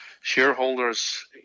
shareholders